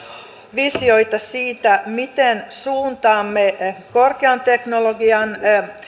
visioita siitä miten suuntaamme korkean teknologian